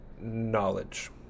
knowledge